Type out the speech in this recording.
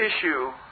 issue